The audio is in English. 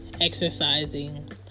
exercising